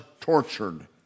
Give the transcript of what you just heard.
tortured